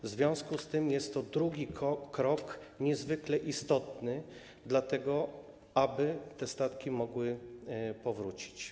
W związku z tym jest to drugi krok, niezwykle istotny, do tego, aby te statki mogły powrócić.